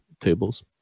tables